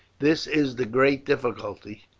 this is the great difficulty,